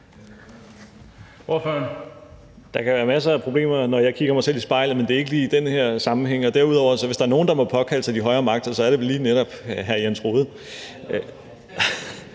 Der kan være masser af problemer, når jeg kigger på mig selv i spejlet, men det er ikke lige i den her sammenhæng. Derudover vil jeg sige, at hvis der er nogen, der må påkalde sig de højere magter, er det vel lige netop hr. Jens Rohde.